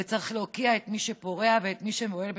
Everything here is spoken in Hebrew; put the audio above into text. וצריך להוקיע את מי שפורע ומי שמועל בתפקידו,